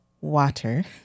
water